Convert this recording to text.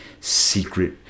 secret